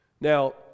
now